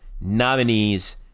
nominees